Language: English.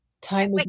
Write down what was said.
time